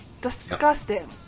Disgusting